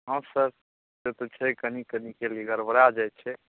हँ सर से तऽ छै कनि कनिके लिये गड़बड़ा जाइ छै